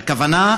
הכוונה,